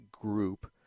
group